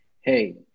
hey